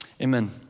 Amen